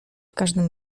każdym